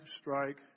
strike